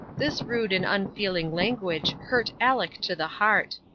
this rude and unfeeling language hurt aleck to the heart,